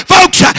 Folks